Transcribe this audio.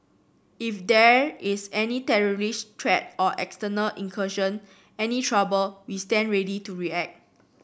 if there is any terrorist threat or external incursion any trouble we stand ready to react